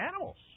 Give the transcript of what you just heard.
animals